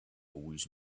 always